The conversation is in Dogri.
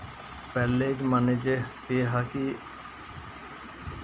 पैह्ले जमाने च केह् हा कि